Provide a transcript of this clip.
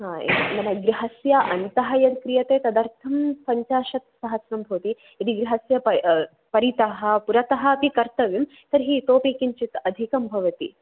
हा एवं गृहस्य अन्तः यद् क्रियते तदर्थं पञ्चाशत् सहस्रं भवति यदि गृहस्य परितः पुरतः अपि कर्तव्यं तर्हि इतोऽपि किञ्चित् अधिकं भवति